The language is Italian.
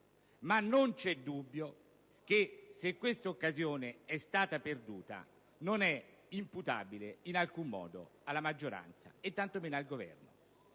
ma non c'è dubbio che, se questa occasione è stata perduta, ciò non è imputabile in alcun modo alla maggioranza, né tanto meno al Governo.